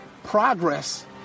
Progress